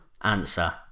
answer